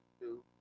two